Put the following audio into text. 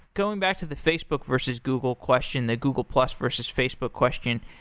going back to the facebook versus google question, that google plus versus facebook question,